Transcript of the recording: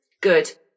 Good